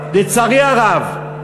לצערי הרב,